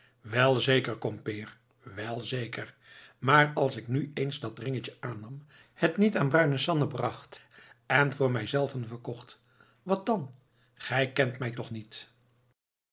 wel zeker kompeer wel zeker maar als ik nu eens dat ringetje aannam het niet aan bruine sanne bracht en voor mijzelven verkocht wat dan gij kent mij toch niet